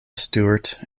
stuart